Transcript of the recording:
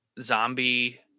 zombie